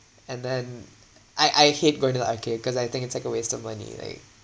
and then I I hate going to the arcade cause I think it's like a waste of money like